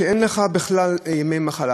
שאין בכלל ימי מחלה.